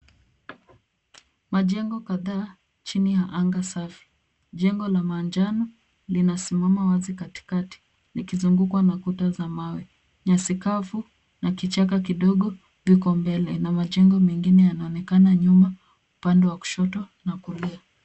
Majengo kadhaa chini ya anga safi , jengo la manjano linasimama wazi katikati likizungukwa na kuta za mawe, nyasi kavu na kichaka kidogo viko mbele na majengo mengine yanaonekana nyuma upande wa kushoto na kulia.